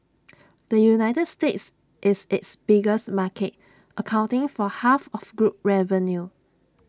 the united states is its biggest market accounting for half of group revenue